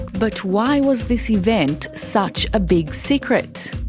but why was this event such a big secret?